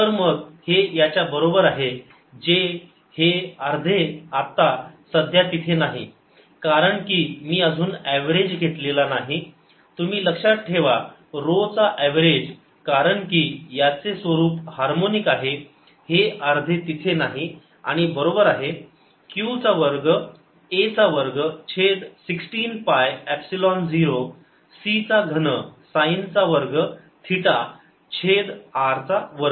तर मग हे याच्या बरोबर आहे हे जे अर्धे आत्ता सध्या तिथे नाही कारण की मी अजून एव्हरेज घेतलेला नाही तुम्ही लक्षात ठेवा रो चा एव्हरेज कारण की याचे स्वरूप हार्मोनिक आहे हे अर्धे तिथे नाही आणि बरोबर आहे q चा वर्ग a वर्ग छेद 16 पाय एपसिलोन 0 c चा घन साईन चा वर्ग थिटा छेद r चा वर्ग